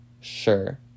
sure